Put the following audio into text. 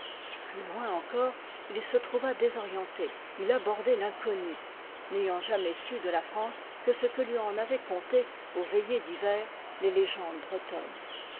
plus loin encore il se trouva désorienté il abordait l'inconnu n'ayant jamais su de la france que ce que lui en avaient conté aux veillées d'hiver les légendes bretonnes